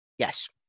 Yes